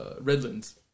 Redlands